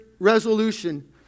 Resolution